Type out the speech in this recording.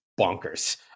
bonkers